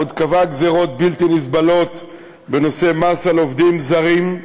עוד קבעה גזירות בלתי נסבלות בנושא המס על עובדים זרים,